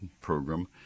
program